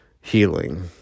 healing